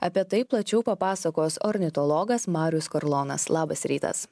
apie tai plačiau papasakos ornitologas marius karlonas labas rytas